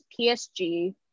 PSG